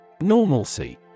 Normalcy